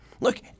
Look